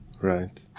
Right